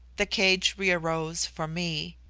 the cage rearose for me.